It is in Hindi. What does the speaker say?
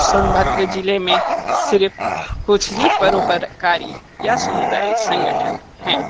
सोनभद्र ज़िले में सिर्फ कुछ ही परोपकारी या सामुदायिक संगठन है